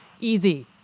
easy